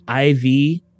IV